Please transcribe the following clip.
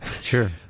Sure